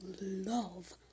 love